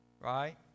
right